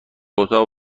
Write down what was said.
اتاق